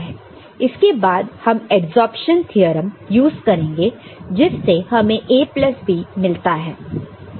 इसके बाद हम एडसरप्शन थ्योरम यूज करेंगे जिससे हमें A प्लस B मिलता है